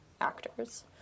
actors